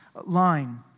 line